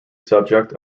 subject